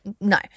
No